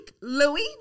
Louis